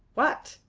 what?